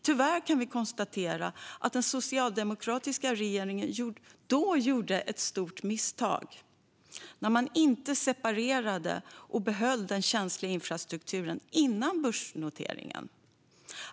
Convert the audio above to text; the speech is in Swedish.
Tyvärr kan vi konstatera att den socialdemokratiska regeringen då gjorde ett stort misstag när man inte separerade och behöll den känsliga infrastrukturen innan börsnoteringen.